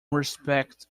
respect